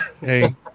hey